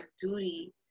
duty